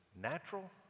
natural